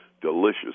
delicious